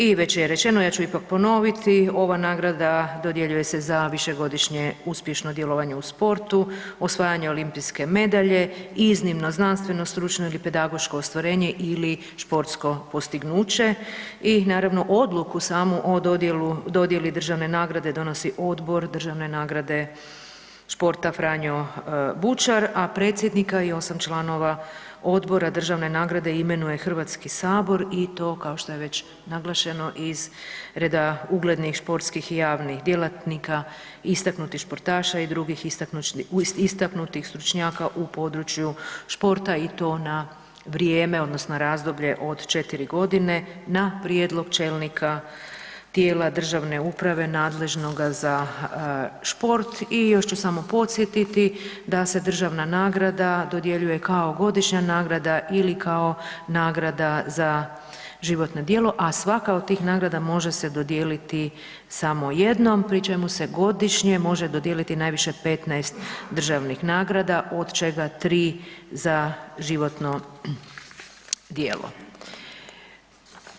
I već je rečeno, ja ću ipak ponoviti, ova nagrada dodjeljuje se za višegodišnje uspješno djelovanje u sportu, osvajanje olimpijske medalje, iznimno znanstveno-stručno ili pedagoško ostvarenje ili športsko postignuće i naravno odluku samu o dodjeli državne nagrade donosi Odbor državne nagrade športa „Franjo Bučar“ a predsjednika i 8 članova Odbora državne nagrade imenuje Hrvatski sabor i to kao što je već naglašeno, iz reda uglednih športskih i javnih djelatnika, istaknuti športaša i drugih istaknutih stručnjaka u području športa i to na vrijeme odnosno razdoblje od 4 g. na prijedlog čelnika tijela državne uprave, nadležnoga za šport i još ću samo podsjetiti da se državna nagrada dodjeljuje kao godišnja nagrada ili kao nagrada za životno djelo a svaka od tih nagrada može se dodijeliti samo jednom pri čemu se godišnje može dodijeliti najviše 15 državnih nagrada, od čega 3 za životno djelo.